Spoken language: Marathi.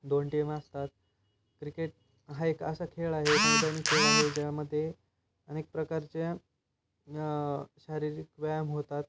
दोन टीम असतात क्रिकेट हा एक असा खेळ आहे मैदानी खेळ आहे ज्यामध्ये अनेक प्रकारच्या शारीरिक व्यायाम होतात